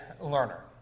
learner